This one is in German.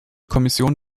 kommission